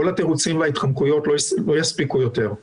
כל התירוצים וההתחמקויות לא יספיקו יותר.